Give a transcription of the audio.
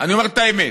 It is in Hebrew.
אני אומר את האמת,